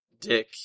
Dick